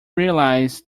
realize